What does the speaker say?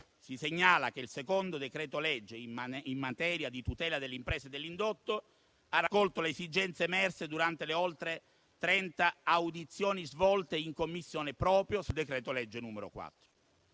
Si segnala che il secondo decreto-legge in materia di tutela delle imprese e dell'indotto ha raccolto le esigenze emerse durante le oltre trenta audizioni svolte in Commissione proprio sul decreto-legge n. 4.